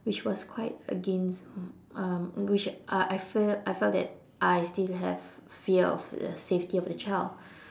which was quite against um which uh I felt I felt that I still have fear of the safety of the child